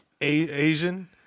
Asian